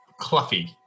Cluffy